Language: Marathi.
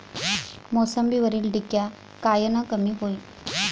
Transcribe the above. मोसंबीवरील डिक्या कायनं कमी होईल?